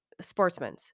sportsmen